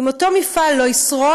אם אותו מפעל לא ישרוד,